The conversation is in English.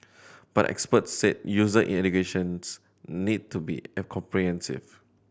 but experts said user educations need to be in comprehensive